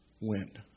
went